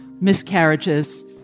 miscarriages